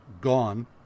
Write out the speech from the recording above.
gone